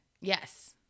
yes